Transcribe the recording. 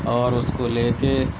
اور اس کو لے کے